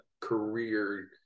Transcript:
career